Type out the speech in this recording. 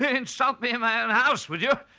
ah insult me in my own house would you!